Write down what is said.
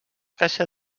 caixa